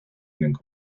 ning